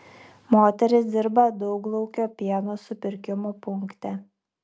moteris dirba dauglaukio pieno supirkimo punkte